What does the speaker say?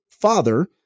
father